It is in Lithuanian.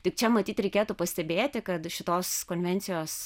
tik čia matyt reikėtų pastebėti kad šitos konvencijos